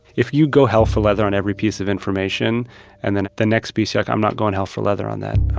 if you go hell for leather on every piece of information and then the next piece, you're like, i'm not going hell for leather on that.